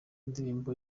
indirimbo